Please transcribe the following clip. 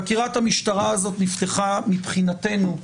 חקירת המשטרה הזאת נפתחה, מבחינתנו,